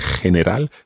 General